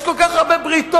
יש כל כך הרבה בריתות.